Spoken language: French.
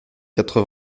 quatre